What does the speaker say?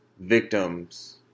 victims